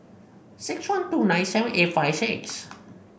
six one two nine seven eight five six